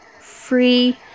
Free